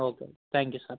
okay than you sir